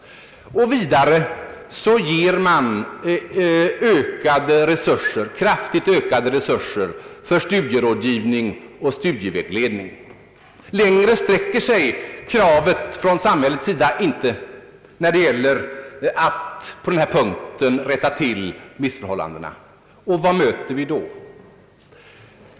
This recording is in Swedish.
Vidare ger man kraftigt ökade resurser för studierådgivning och «studievägledning. Längre sträcker sig inte kraven från samhällets sida när det gäller att rätta till missförhållandena. Vad möter vi då?